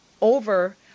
over